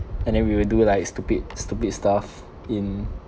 and then we will do like stupid stupid stuff in